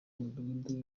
umudugudu